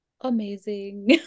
amazing